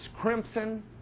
crimson